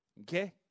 Okay